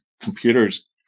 computers